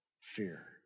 fear